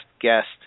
guest